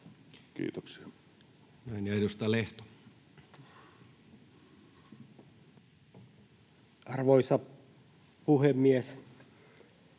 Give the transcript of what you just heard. Kiitoksia. Näin. — Ja edustaja Lehto. Arvoisa puhemies!